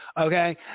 Okay